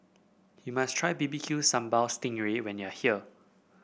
you must try B B Q Sambal Sting Ray when you are here